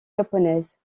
japonaises